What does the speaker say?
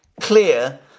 clear